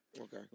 Okay